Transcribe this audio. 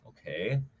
okay